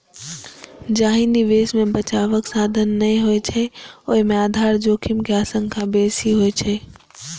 जाहि निवेश मे बचावक साधन नै होइ छै, ओय मे आधार जोखिम के आशंका बेसी होइ छै